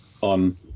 on